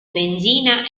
benzina